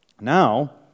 Now